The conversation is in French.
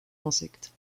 insectes